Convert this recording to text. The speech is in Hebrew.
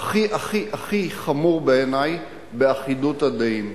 הכי הכי הכי חמור בעיני, באחידות הדעים.